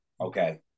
Okay